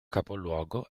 capoluogo